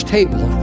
Table